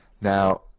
Now